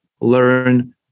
learn